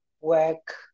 work